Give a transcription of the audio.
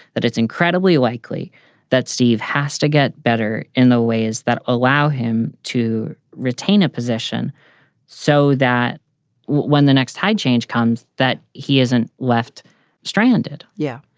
that it's incredibly likely that steve has to get better in the ways that allow him to retain a position so that when the next tide change comes, that he isn't left stranded yeah,